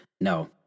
No